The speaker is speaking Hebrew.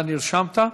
אתה נרשמת?